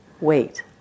wait